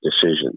decisions